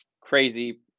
crazy